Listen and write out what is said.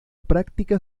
práctica